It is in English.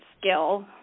skill